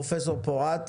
פרופ' פורת,